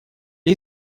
для